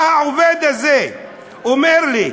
בא העובד הזה, אומר לי: